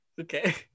Okay